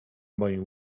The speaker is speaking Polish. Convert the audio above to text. moim